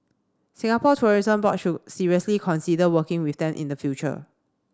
Singapore Tourism Board should seriously consider working with them in the future